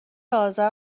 آذر